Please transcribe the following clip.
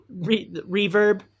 reverb